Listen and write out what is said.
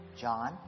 John